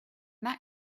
that